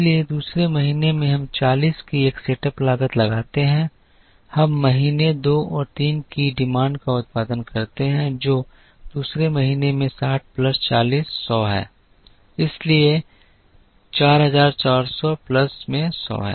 इसलिए दूसरे महीने में हम 40 की एक सेटअप लागत लगाते हैं हम महीने दो और तीन की मांग का उत्पादन करते हैं जो दूसरे महीने में 60 प्लस 40 सौ है इसलिए 4 400 प्लस में सौ है